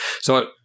So-